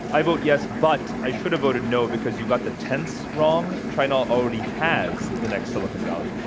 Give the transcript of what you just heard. i vote yes, but i should have voted no because you got the tense wrong. china already has the next silicon valley,